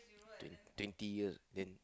twent~ twenty years then